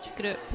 group